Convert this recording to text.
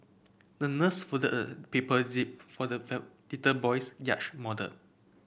the nurse folded paper jib for the little boy's yacht model